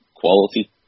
quality